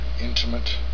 intimate